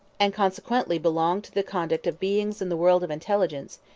and consequently belong to the conduct of beings in the world of intelligence,